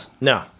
No